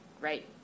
right